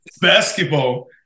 Basketball